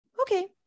okay